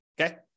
okay